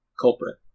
culprit